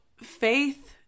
faith